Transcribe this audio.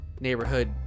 neighborhood